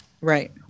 Right